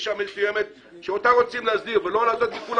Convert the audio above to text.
נישה מסוימת שאותה רוצים להסדי, ר ולא לעשות מכולם